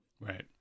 right